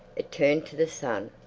it turned to the sun,